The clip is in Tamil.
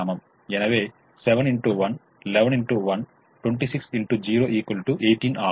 எனவே 26 x 0 18 ஆகும்